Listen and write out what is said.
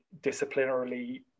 disciplinarily